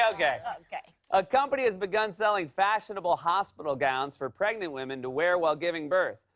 okay, okay. a company has begun selling fashionable hospital gowns for pregnant women to wear while giving birth.